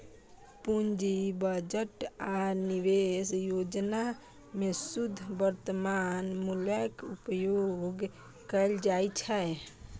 पूंजी बजट आ निवेश योजना मे शुद्ध वर्तमान मूल्यक उपयोग कैल जाइ छै